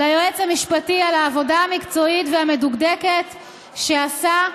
ליועץ המשפטי על העבודה המקצועית והמדוקדקת שעשה,